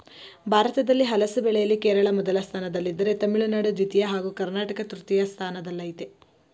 ಭಾರತದಲ್ಲಿ ಹಲಸು ಬೆಳೆಯಲ್ಲಿ ಕೇರಳ ಮೊದಲ ಸ್ಥಾನದಲ್ಲಿದ್ದರೆ ತಮಿಳುನಾಡು ದ್ವಿತೀಯ ಹಾಗೂ ಕರ್ನಾಟಕ ತೃತೀಯ ಸ್ಥಾನದಲ್ಲಯ್ತೆ